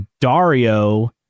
Dario